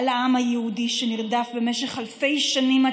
על העם היהודי שנרדף במשך אלפי שנים עד